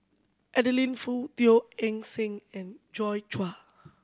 Adeline Foo Teo Eng Seng and Joi Chua